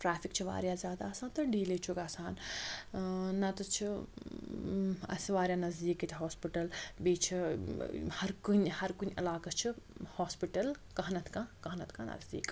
traffic چھُ واریاہ زیادٕ آسان تہٕ ڈِلیے چھُ گَژھان ٲں نَتہٕ چھُ اسہِ واریاہ نزدیٖک ییٚتہِ ہاسپِٹَل بیٚیہِ چھِ ٲں ہَر کُنہِ ہَر کُنہِ علاقَس چھُ ہاسپِٹَل کانٛہہ نَتہٕ کانٛہہ کانٛہہ نَتہٕ کانٛہہ نَزدیٖک